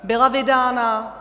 Byla vydána.